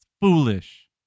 Foolish